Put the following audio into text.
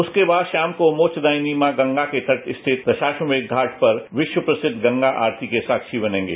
उसके बाद शामको वे मोबदापिनी मां गंगा के तट स्थित दशाश्वमेष घाट पर विश्व प्रसिद्ध गंगा आस्ती के साक्षी बनेंगे